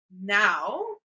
Now